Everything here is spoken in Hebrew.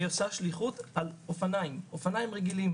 היא עושה שליחות על אופניים רגילים